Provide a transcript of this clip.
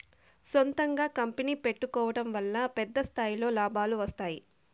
సొంతంగా కంపెనీ పెట్టుకోడం వల్ల పెద్ద స్థాయిలో లాభాలు వస్తాయి